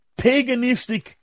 paganistic